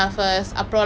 oh ya what is it called